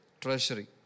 treasury